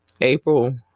April